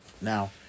Now